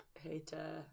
hater